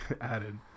added